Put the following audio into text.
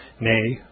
nay